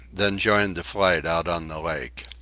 then joined the flight out on the lake.